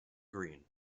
green